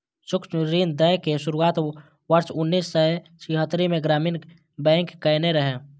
सूक्ष्म ऋण दै के शुरुआत वर्ष उन्नैस सय छिहत्तरि मे ग्रामीण बैंक कयने रहै